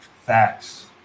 Facts